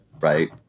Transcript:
right